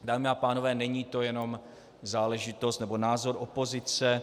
Dámy a pánové, není to jenom záležitost nebo názor opozice.